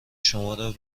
شمارا